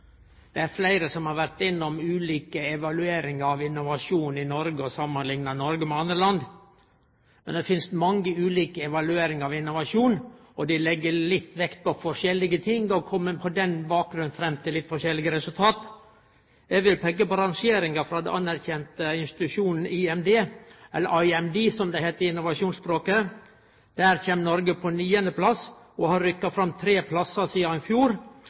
Det er fleire som har vore innom ulike evalueringar av innovasjonen i Noreg og samanlikna Noreg med andre land. Men det finst mange ulike evalueringar av innovasjon, og dei legg vekt på litt forskjellige ting, og kjem på den bakgrunnen fram til litt forskjellige resultat. Eg vil peike på rangeringa frå den anerkjende institusjonen IMD. Der kjem Noreg på 9. plass og har rykka fram tre plassar sidan i fjor.